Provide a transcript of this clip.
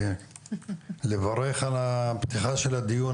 אני מברך על הפתיחה של הדיון,